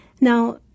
Now